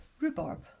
rhubarb